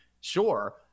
sure